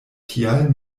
tial